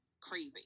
Crazy